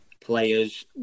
Players